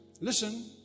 listen